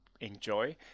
Enjoy